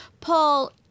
Paul